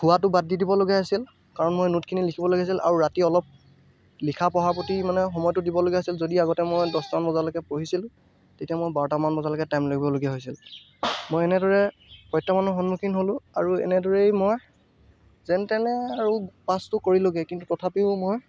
শোৱাটো বাদ দি দিবলগীয়া হৈছিল কাৰণ মই নোটখিনি লিখিব লগা আছিল আৰু ৰাতি অলপ লিখা পঢ়াৰ প্রতি মানে সময়টো দিবলগীয়া হৈছিল যদি আগতে মই দহটামান বজালৈকে পঢ়িছিলোঁ তেতিয়া মই বাৰটামান বজালৈকে টাইম দিবলগীয়া হৈছিল মই এনেদৰে প্ৰত্যাহ্বানৰ সন্মুখীন হ'লোঁ আৰু এনেদৰেই মই যেন তেনে আৰু পাছটো কৰিলোগে কিন্তু তথাপিও মই